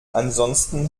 ansonsten